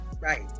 Right